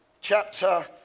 chapter